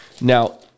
Now